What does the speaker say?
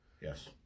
Yes